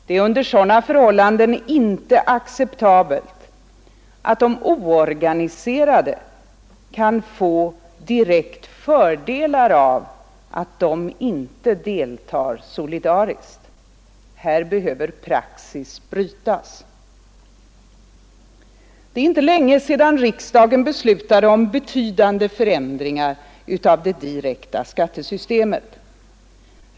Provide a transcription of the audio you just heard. Det är under sådana förhållanden inte acceptabelt att de oorganiserade kan få direkta fördelar av att de inte deltar solidariskt. Här behöver praxis brytas. Det är inte länge sedan riksdagen beslutade om betydande förändringar av det direkta skattesystemet.